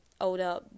older